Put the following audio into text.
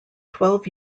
twelve